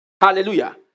Hallelujah